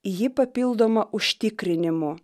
ji papildoma užtikrinimu